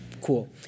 Cool